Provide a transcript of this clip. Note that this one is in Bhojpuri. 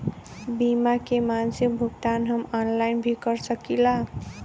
बीमा के मासिक भुगतान हम ऑनलाइन भी कर सकीला?